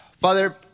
Father